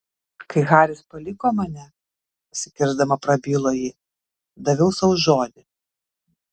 kai haris paliko mane užsikirsdama prabilo ji daviau sau žodį